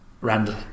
Randall